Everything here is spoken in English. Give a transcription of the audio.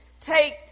take